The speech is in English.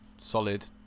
solid